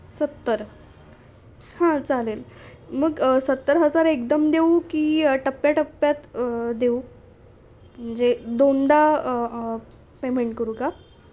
सत्तर हां चालेल मग सत्तर हजार एकदम देऊ की टप्प्या टप्प्यात देऊ म्हणजे दोनदा पेमेंट करू का